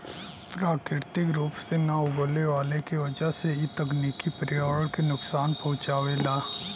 प्राकृतिक रूप से ना उगवले के वजह से इ तकनीकी पर्यावरण के नुकसान पहुँचावेला